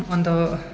अन्त